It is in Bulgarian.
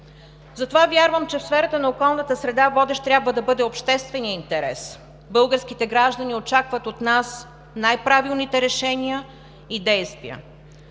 Затова вярвам, че в сферата на околната среда водещ трябва да бъде общественият интерес. Българските граждани очакват от нас най-правилните решения и действия.